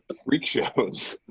freak shows.